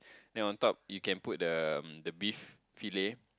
then on top you can put the the beef fillet